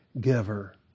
giver